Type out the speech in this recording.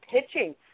pitching